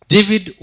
David